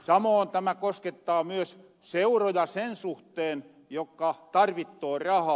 samoon tämä koskettaa myös seuroja sen suhteen jotka tarvittoo rahaa